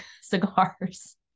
cigars